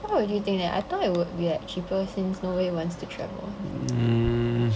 why would you think that I thought it would be like cheaper since nobody wants to travel